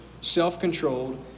self-controlled